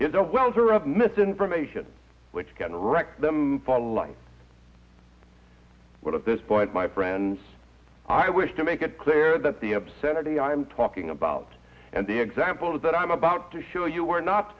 is a welder of misinformation which can wreck them for life but at this point my friends i wish to make it clear that the obscenity i'm talking about and the example of that i'm about to show you were not